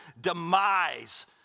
demise